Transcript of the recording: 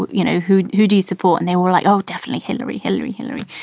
you know, who who do you support? and they were like, oh, definitely. hillary! hillary! hillary!